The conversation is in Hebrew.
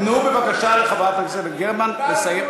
תנו בבקשה לחברת הכנסת גרמן לסיים,